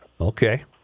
Okay